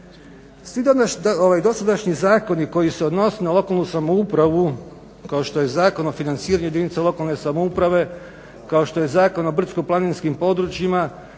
Dosadašnji zakoni koji se odnose na lokalnu samoupravu kao što je Zakon o financiranju jedinica lokalne samouprave, kao što je Zakon o brdsko-planinskim područjima,